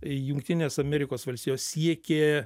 jungtinės amerikos valstijos siekė